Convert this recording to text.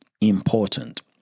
important